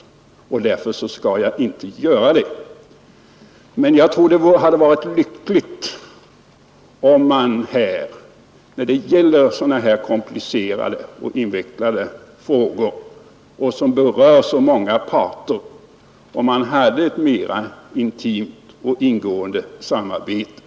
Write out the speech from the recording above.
Jag skall därför inte göra det. Men jag anser att det hade varit lyckligt om man här när det gäller sådana här komplicerade och invecklade frågor som berör så många parter hade ett mera intimt och ingående samarbete.